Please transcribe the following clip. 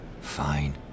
Fine